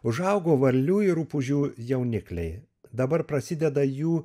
užaugo varlių ir rupūžių jaunikliai dabar prasideda jų